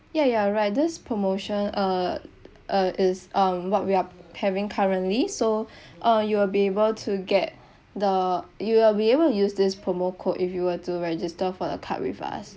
ya you are right this promotion uh uh is um what we are having currently so uh you will be able to get the you will be able to use this promo code if you were to register for the card with us